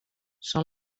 són